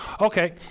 Okay